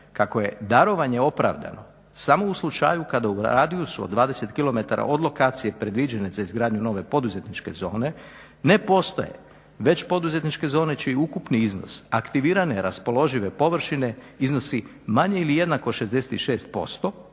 kako je darovanje opravdano samo u slučaju kada u radijusu od 20 kilometara od lokacije predviđene za izgradnju nove poduzetničke zone ne postoje već poduzetničke zone čiji ukupni iznos aktivirane raspoložive površine iznosi manje ili jednako 66%